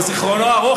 בזיכרונו הארוך,